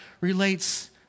relates